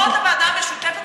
למרות הוועדה המשותפת,